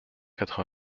quatre